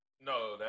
No